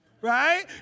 Right